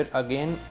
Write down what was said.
again